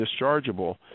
dischargeable